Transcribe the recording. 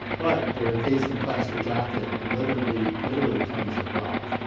but they're encased in plaster jackets and literally literally tons of rock,